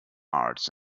arts